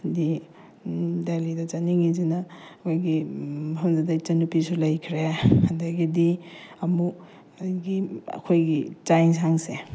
ꯍꯥꯏꯗꯤ ꯗꯦꯂꯤꯗ ꯆꯠꯅꯤꯡꯉꯤꯁꯤꯅ ꯑꯩꯈꯣꯏꯒꯤ ꯃꯐꯝꯗꯨꯗ ꯏꯆꯟꯅꯨꯄꯤꯁꯨ ꯂꯩꯈ꯭ꯔꯦ ꯑꯗꯒꯤꯗꯤ ꯑꯃꯨꯛ ꯑꯩꯒꯤ ꯑꯩꯈꯣꯏꯒꯤ ꯆꯥꯛ ꯑꯦꯟꯁꯥꯡꯁꯦ